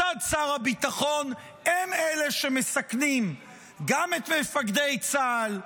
מצד שר הביטחון, הם אלה שמסכנים גם את מפקדי צה"ל,